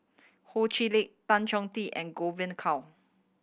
Ho Chee Lick Tan Choh Tee and Godwin Koay